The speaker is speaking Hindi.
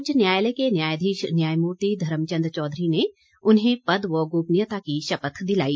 उच्च न्यायालय के न्यायाधीश न्यायमूर्ति धर्मचन्द चौधरी ने उन्हें पद व गोपनीयता की शपथ दिलाई